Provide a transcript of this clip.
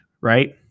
right